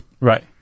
Right